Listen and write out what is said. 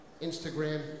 Instagram